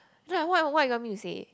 no ah what you what you want me to say